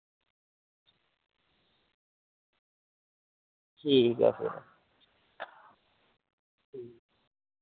ठीक ऐ फिर